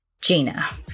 Gina